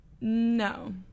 no